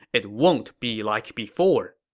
it won't be like before.